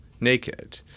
naked